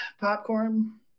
popcorn